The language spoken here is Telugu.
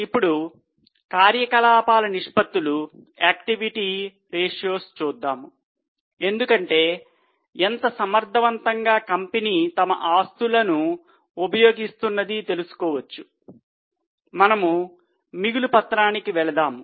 ఇప్పుడు కార్యకలాపాల నిష్పత్తులు వెళదాం